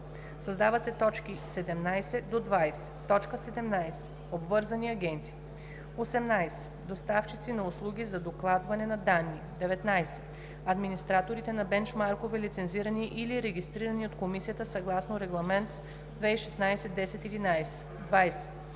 създават се т. 17 – 20: „17. обвързани агенти; 18. доставчици на услуги за докладване на данни; 19. администраторите на бенчмаркове, лицензирани или регистрирани от комисията съгласно Регламент (ЕС) 2016/1011; 20.